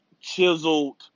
chiseled